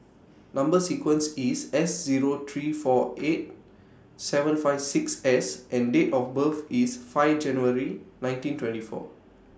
Number sequence IS S Zero three four eight seven five six S and Date of birth IS five January nineteen twenty four